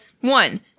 One